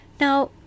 Now